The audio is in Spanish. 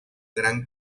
gran